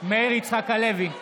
מאיר יצחק הלוי,